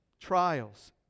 trials